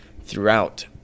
throughout